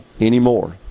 anymore